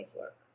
work